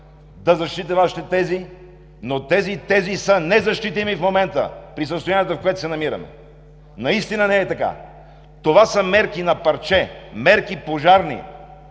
да защитите Вашите тези, но тези тези са незащитими в момента при състоянието, в което се намираме. Наистина не е така. Това са мерки на парче, мерки пожарни,